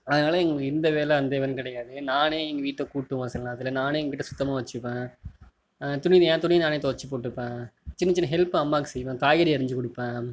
அதனால் இந்த வேலை அந்த வேலைன்னு கிடையாது நானே எங்கள் வீட்டை கூட்டுவேன் சில நேரத்தில் நானே எங்கள் வீட்டை சுத்தமாக வச்சுப்பேன் துணி என் துணி நானே துவைச்சி போட்டுப்பேன் சின்ன சின்ன ஹெல்ப் அம்மாவுக்கு செய்வேன் காய்கறி அரிஞ்சு கொடுப்பேன்